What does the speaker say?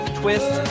twist